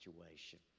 situation